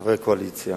חבר קואליציה.